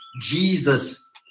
Jesus